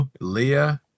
Leah